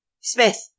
Smith